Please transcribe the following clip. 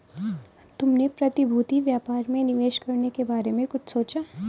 तुमने प्रतिभूति व्यापार में निवेश करने के बारे में कुछ सोचा?